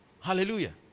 Hallelujah